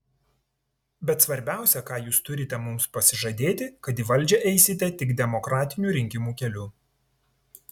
bet svarbiausia ką jūs turite mums pasižadėti kad į valdžią eisite tik demokratinių rinkimų keliu